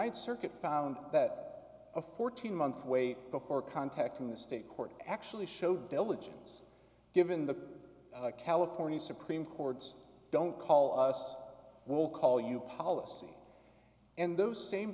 th circuit found that a fourteen month wait before contacting the state court actually showed diligence given the california supreme court's don't call us we'll call you policy and those same